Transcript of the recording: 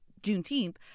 Juneteenth